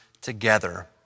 together